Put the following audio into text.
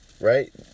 Right